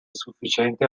sufficiente